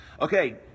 Okay